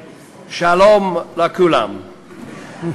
ואם הזמן לתהליך השלום אוזל,